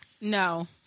no